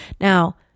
Now